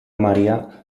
maria